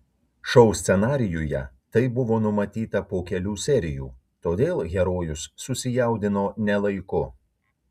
šou scenarijuje tai buvo numatyta po kelių serijų todėl herojus susijaudino ne laiku